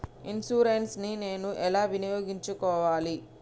Insurance ని నేను ఎలా వినియోగించుకోవాలి?